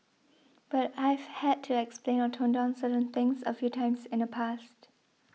but I've had to explain or tone down certain things a few times in the past